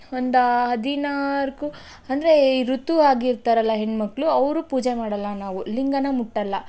ಒಂದ ಹದಿನಾಲ್ಕು ಅಂದರೆ ಈ ಋತು ಆಗಿರ್ತಾರಲ್ಲ ಹೆಣ್ಣು ಮಕ್ಕಳು ಅವರು ಪೂಜೆ ಮಾಡಲ್ಲ ನಾವು ಲಿಂಗನ ಮುಟ್ಟಲ್ಲ